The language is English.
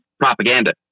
propaganda